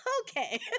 Okay